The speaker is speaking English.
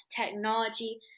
technology